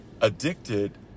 addicted